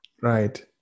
right